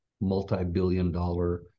multi-billion-dollar